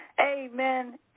Amen